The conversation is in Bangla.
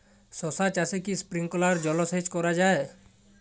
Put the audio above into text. শশা চাষে কি স্প্রিঙ্কলার জলসেচ করা যায়?